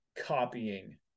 copying